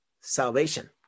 salvation